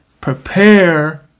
prepare